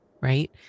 right